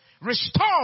Restore